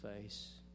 face